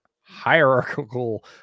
hierarchical